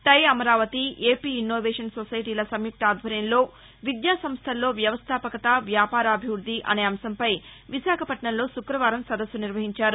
టై Amaravati AP innovation సొసైటీల సంయుక్త ఆధ్వర్యంలో విద్యా సంస్టల్లో వ్యవస్థాపకత వ్యాపారాభివృద్ది అనే అంశంపై విశాఖపట్నంలో శుక్రవారం సదస్సు నిర్వహించారు